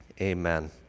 Amen